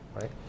right